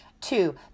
Two